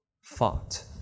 fought